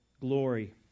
glory